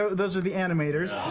so those were the animators.